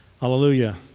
Hallelujah